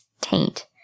taint